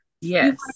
Yes